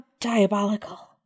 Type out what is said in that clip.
diabolical